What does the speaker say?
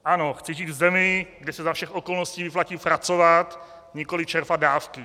Ano, chci žít v zemi, kde se za všech okolností vyplatí pracovat, nikoli čerpat dávky.